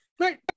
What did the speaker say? Right